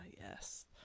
yes